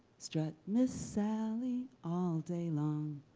strut miss sally all day long.